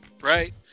right